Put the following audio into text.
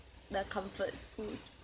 the comfort food